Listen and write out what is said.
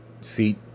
seat